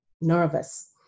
nervous